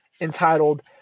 entitled